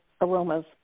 aromas